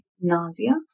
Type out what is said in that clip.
nausea